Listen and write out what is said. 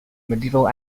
medieval